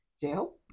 jail